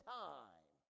time